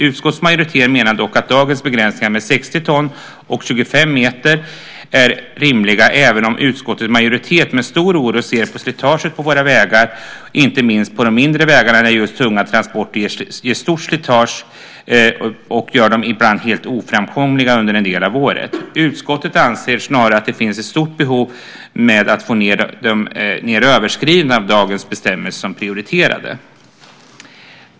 Utskottets majoritet menar dock att dagens begränsningar med 60 ton och 25 meter är rimliga, även om utskottets majoritet med stor oro ser på slitaget på våra vägar. Inte minst gäller det de mindre vägarna, där just tunga transporter ger stort slitage och ibland gör vägarna helt oframkomliga under en del av året. Utskottet anser snarare att det finns ett stort behov av att få ned överskridningen av dagens bestämmelser och ser det som prioriterat.